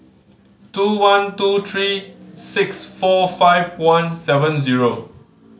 two one two three six four five one seven zero